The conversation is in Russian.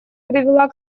привела